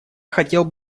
хотел